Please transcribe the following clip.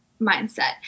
mindset